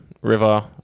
river